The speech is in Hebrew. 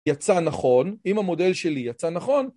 יצא נכון, אם המודל שלי יצא נכון.